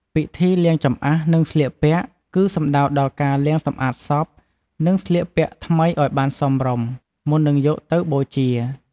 ពិធីលាងចម្អះ និងស្លៀកពាក់ គឺសំដៅដល់ការលាងសម្អាតសព និងស្លៀកពាក់ថ្មីឱ្យបានសមរម្យ មុននឺងយកទៅបូជា។